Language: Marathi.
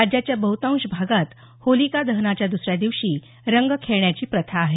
राज्याच्या बह्तांश भागात होलिका दहनाच्या दुसऱ्या दिवशी रंग खेळण्याची प्रथा आहे